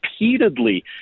repeatedly